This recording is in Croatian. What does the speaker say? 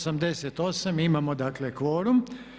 88, imamo dakle kvorum.